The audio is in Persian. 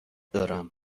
دارم